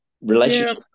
relationship